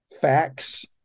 facts